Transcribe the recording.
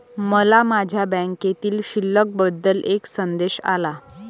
मला माझ्या बँकेतील शिल्लक बद्दल एक संदेश आला